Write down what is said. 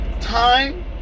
time